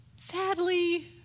Sadly